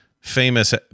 famous